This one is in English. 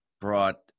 brought